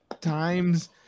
times